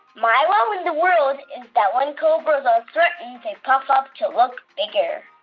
my wow in the world is that when cobras are threatened, they puff up to look bigger